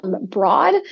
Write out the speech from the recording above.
broad